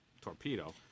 torpedo